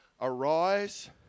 Arise